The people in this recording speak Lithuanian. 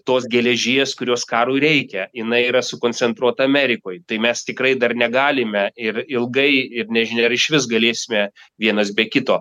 tos geležies kurios karui reikia jinai yra sukoncentruota amerikoj tai mes tikrai dar negalime ir ilgai ir nežinia ar išvis galėsime vienas be kito